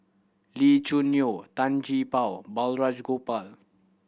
Lee Choo Neo Tan Gee Paw Balraj Gopal